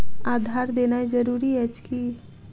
आधार देनाय जरूरी अछि की?